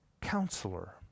counselor